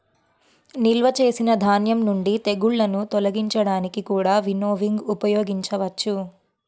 నిల్వ చేసిన ధాన్యం నుండి తెగుళ్ళను తొలగించడానికి కూడా వినోవింగ్ ఉపయోగించవచ్చు